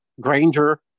Granger